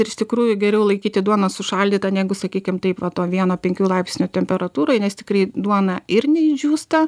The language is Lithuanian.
ir iš tikrųjų geriau laikyti duoną sušaldytą negu sakykim taip va to vieno penkių laipsnių temperatūroj nes tikrai duona ir neišdžiūsta